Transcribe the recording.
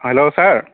hello sir